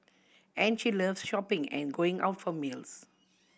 and she loves shopping and going out for meals